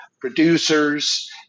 producers